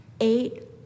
Eight